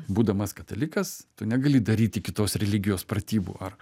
būdamas katalikas tu negali daryti kitos religijos pratybų ar